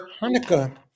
Hanukkah